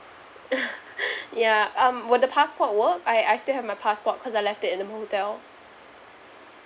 yup um will the passport work I I still have my passport cause I left it in the motel